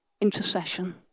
Intercession